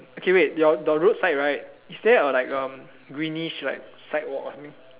okay wait your your road side right is there a like greenish like sidewalk or something